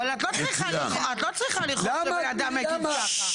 אבל את לא צריכה לכעוס שבן אדם מגיב ככה.